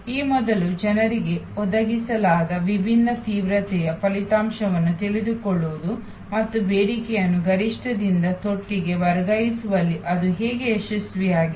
ಈ ಮೊದಲು ಜನರಿಗೆ ಒದಗಿಸಲಾದ ವಿಭಿನ್ನ ತೀವ್ರತೆಯ ಫಲಿತಾಂಶವನ್ನು ತಿಳಿದುಕೊಳ್ಳುವುದು ಮತ್ತು ಬೇಡಿಕೆಯನ್ನು ಗರಿಷ್ಠದಿಂದ ತೊಟ್ಟಿಗೆ ವರ್ಗಾಯಿಸುವಲ್ಲಿ ಅದು ಹೇಗೆ ಯಶಸ್ವಿಯಾಗಿದೆ